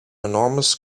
enormous